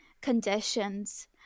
conditions